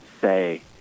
say